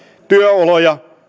työoloja